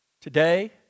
Today